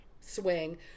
swing